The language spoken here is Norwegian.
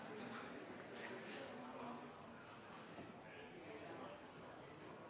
presidenten